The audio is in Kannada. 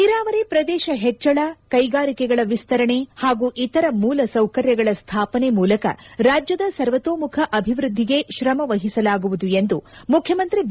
ನೀರಾವರಿ ಪ್ರದೇಶ ಹೆಚ್ಚಳ ಕೈಗಾರಿಕೆಗಳ ವಿಸ್ತರಣೆ ಹಾಗೂ ಇತರ ಮೂಲಸೌಕರ್ಯಗಳ ಸ್ಥಾಪನೆ ಮೂಲಕ ರಾಜ್ಯದ ಸರ್ವತೋಮುಖ ಅಭಿವೃದ್ಧಿಗೆ ತ್ರಮ ವಹಿಸಲಾಗುವುದು ಎಂದು ಮುಖ್ಯಮಂತ್ರಿ ಬಿ